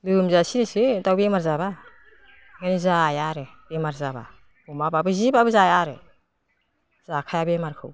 लोमजासोयोसो दाउ बेमार जाबा ओंखायनो जाया आरो बेमार जाबा अमाबाबो जिबाबो जाया आरो जाखाया बेमारिखौ